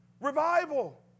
revival